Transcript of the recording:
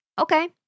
Okay